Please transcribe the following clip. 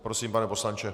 Prosím, pane poslanče.